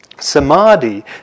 Samadhi